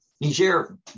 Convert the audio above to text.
Niger